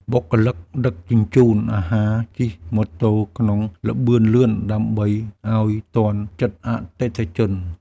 បុគ្គលិកដឹកជញ្ជូនអាហារជិះម៉ូតូក្នុងល្បឿនលឿនដើម្បីឱ្យទាន់ចិត្តអតិថិជន។